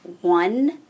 one